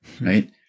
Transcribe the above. right